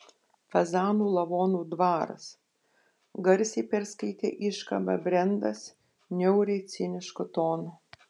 fazanų lavonų dvaras garsiai perskaitė iškabą brendas niauriai cinišku tonu